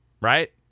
right